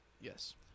Yes